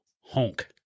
Honk